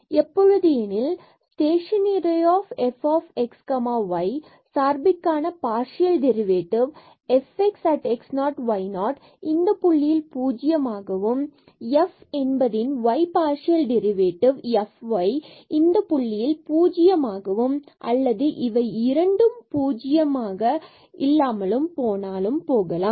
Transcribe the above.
எப்பொழுது எனில் stationary of fxy சார்பான partial derivative fx at x0y0 இந்த புள்ளியில் பூஜ்ஜியம் ஆகவும் மற்றும் f பார்சியல் டெரிவேடிவ் fy இந்த x0y0 புள்ளியில் பூஜ்ஜியம் ஆகவும் அல்லது இவை இரண்டும் பூஜ்ஜியம் இல்லாமல் போனாலும் போகலாம்